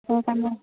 সেইকাৰণে